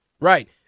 right